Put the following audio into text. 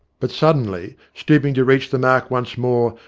but suddenly, stooping to reach the mark once more,